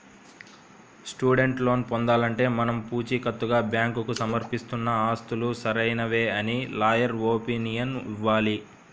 student loan పొందాలంటే మనం పుచీకత్తుగా బ్యాంకుకు సమర్పిస్తున్న ఆస్తులు సరైనవే అని లాయర్ ఒపీనియన్ ఇవ్వాలి